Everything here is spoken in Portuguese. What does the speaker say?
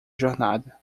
jornada